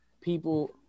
people